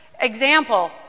example